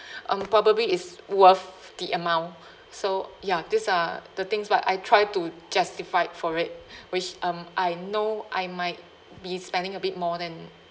um probably it's worth the amount so ya these are the things but I try to justified for it which um I know I might be spending a bit more than